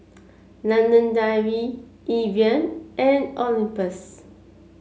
London Dairy Evian and Olympus